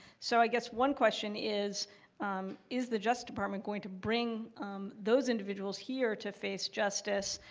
so i guess one question is is the justice department going to bring those individuals here to face justice?